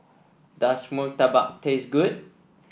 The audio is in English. does murtabak taste good